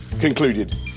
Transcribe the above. concluded